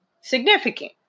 significant